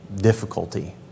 difficulty